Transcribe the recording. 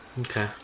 Okay